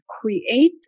create